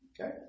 Okay